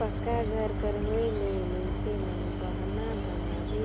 पक्का घर कर होए ले मइनसे मन बहना बनाबे